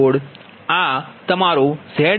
2084 0